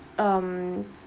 um